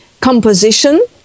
composition